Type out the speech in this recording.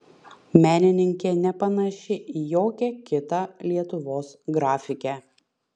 menininkė nepanaši į jokią kitą lietuvos grafikę